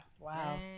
Wow